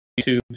YouTube